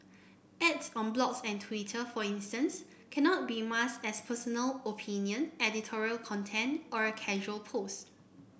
ads on blogs and Twitter for instance cannot be masked as personal opinion editorial content or a casual post